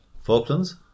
Falklands